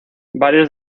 varios